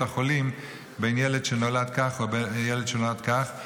החולים בין ילד שנולד כך ובין ילד שנולד כך,